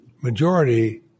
majority